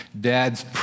Dad's